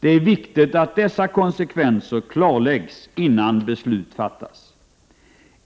Det är viktigt att dessa konsekvenser klarläggs innan beslut fattas.